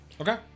Okay